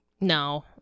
no